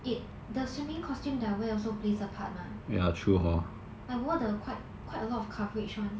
it the swimming costume that I wear also plays a part mah I wore the quite quite a lot of coverage [one]